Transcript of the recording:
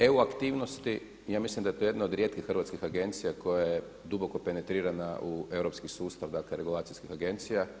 EU aktivnosti, ja mislim da je to jedna od rijetkih hrvatskih agencija koja je duboko penetrirana u europski sustav regulacijskih agencija.